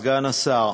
סגן השר,